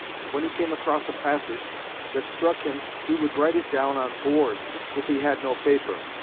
and when he came across a passage that struck him he would write it down on boards, if he had no paper,